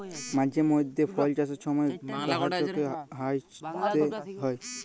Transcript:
মাঝে মইধ্যে ফল চাষের ছময় গাহাচকে ছাঁইটতে হ্যয়